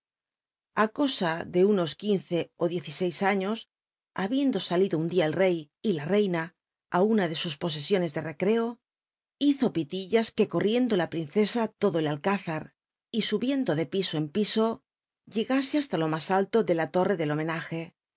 cosa de unos quince ó diez y seis aííos ijabicndo al ido un dia el re y la reina ú una de sus posesiones ele recreo hizo pi tillas que recorriendo la princesa lodo el alcázar y subieudo de piso en piso llegase hasta lo mas alto de la to rre del homenaje